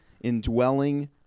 indwelling